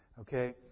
okay